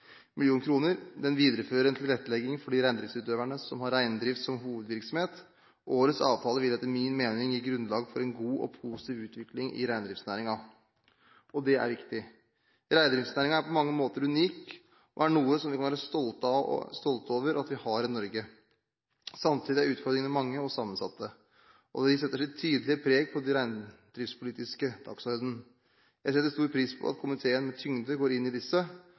Den viderefører en tilrettelegging for de reindriftsutøverne som har reindrift som hovedvirksomhet. Årets avtale vil etter min mening gi grunnlag for en god og positiv utvikling i reindriftsnæringen. Og det er viktig. Reindriftsnæringen er på mange måter unik, og er noe som vi kan være stolte over at vi har i Norge. Samtidig er utfordringene mange og sammensatte, og de setter sitt tydelige preg på den reindriftspolitiske dagsorden. Jeg setter stor pris på at komiteen med tyngde går inn i disse